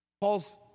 Paul's